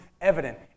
evident